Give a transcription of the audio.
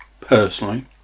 personally